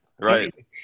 Right